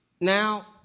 Now